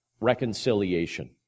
reconciliation